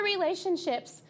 relationships